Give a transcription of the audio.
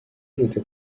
uherutse